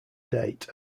date